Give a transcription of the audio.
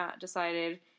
decided